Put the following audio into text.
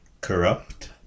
corrupt